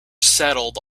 settled